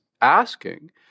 asking